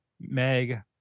meg